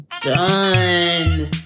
done